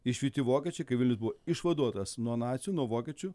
išvyti vokiečiai kai vilnius buvo išvaduotas nuo nacių nuo vokiečių